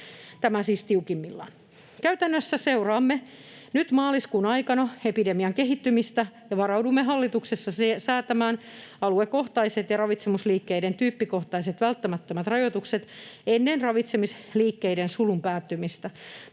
tämä siis tiukimmillaan. Käytännössä seuraamme nyt maaliskuun aikana epidemian kehittymistä ja varaudumme hallituksessa säätämään aluekohtaiset ja ravitsemusliikkeiden tyyppikohtaiset välttämättömät rajoitukset ennen ravitsemisliikkeiden sulun päättymistä.